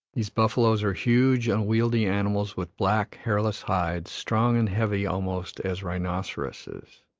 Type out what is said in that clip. these buffaloes are huge, unwieldy animals with black, hairless hides, strong and heavy almost as rhinoceroses.